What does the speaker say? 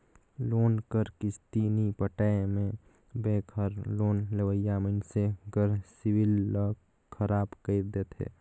loan कर किस्ती नी पटाए में बेंक हर लोन लेवइया मइनसे कर सिविल ल खराब कइर देथे